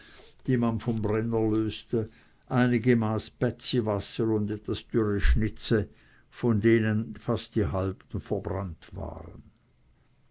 die man vom brenner löste einige maß bätziwasser und einige dürre schnitze von denen aber fast die halben verbrannt waren